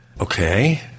Okay